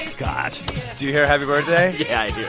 god do you hear happy birthday? yeah